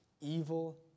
evil